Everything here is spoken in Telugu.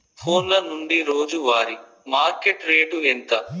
ఫోన్ల నుండి రోజు వారి మార్కెట్ రేటు ఎంత?